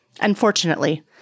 Unfortunately